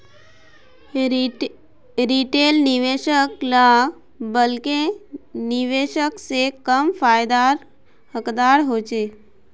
retail निवेशक ला bulk निवेशक से कम फायेदार हकदार होछे